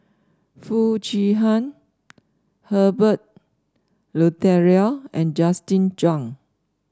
Foo Chee Han Herbert Eleuterio and Justin Zhuang